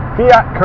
Fiat